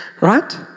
Right